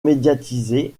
médiatisé